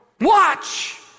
Watch